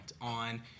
on